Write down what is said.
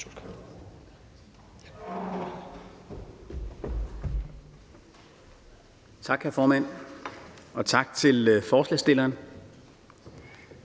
Tak, hr. formand, og tak til forslagsstillerne.